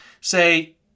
say